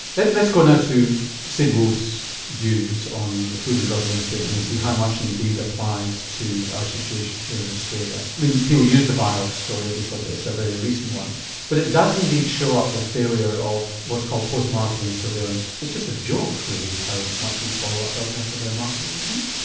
let's go now to sid wolfe's views on the food and drug administration and see how much indeed applies to our situation here in australia. i mean people use the vioxx story because it's a very recent one but it does indeed show up the failure of what's called post marketing surveillance it's just a joke really how much we follow up drugs after they're marketed isn't it?